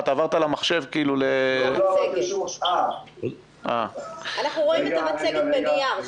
מדובר על פגיעה של קרוב ל-9% בהשבתה חלקית בתוצר ושל 18% בהשבתה מלאה.